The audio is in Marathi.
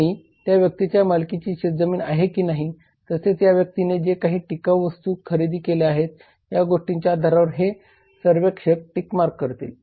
आणि त्या व्यक्तीच्या मालकीच्या शेतजमिनी आहे की नाही तसेच या व्यक्तीने जे काही टिकाऊ वस्तू खरेदी केल्या आहेत या गोष्टींच्या आधारावर हे सर्वेक्षक टिक मार्क करतील